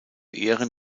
ehren